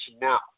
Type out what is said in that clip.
now